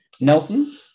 Nelson